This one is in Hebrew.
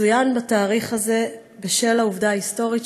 מצוין בתאריך הזה בשל העובדה ההיסטורית